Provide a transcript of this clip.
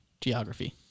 geography